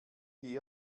die